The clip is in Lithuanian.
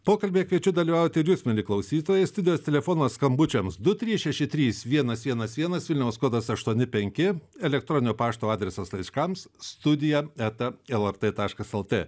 pokalbyje kviečiu dalyvauti ir jus mieli klausytojai studijos telefonas skambučiamsdu trys šeši trys vienas vienas vienas vilniaus kodas aštuoni penki elektroninio pašto adresas laiškams studija eta lrt taškas lt